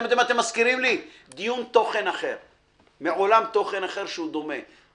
אתם מזכירים לי דיון מעולם תוכן אחר שהוא דומה.